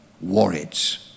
warheads